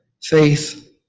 faith